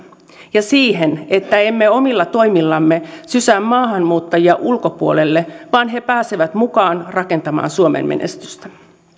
ja siihen että emme omilla toimillamme sysää maahanmuuttajia ulkopuolelle vaan he pääsevät mukaan rakentamaan suomen menestystä